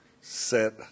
set